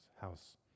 house